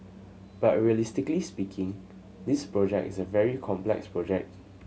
but realistically speaking this project is a very complex project